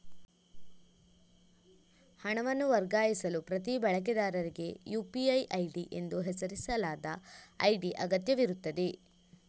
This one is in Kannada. ಹಣವನ್ನು ವರ್ಗಾಯಿಸಲು ಪ್ರತಿ ಬಳಕೆದಾರರಿಗೆ ಯು.ಪಿ.ಐ ಐಡಿ ಎಂದು ಹೆಸರಿಸಲಾದ ಐಡಿ ಅಗತ್ಯವಿರುತ್ತದೆ